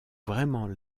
vraiment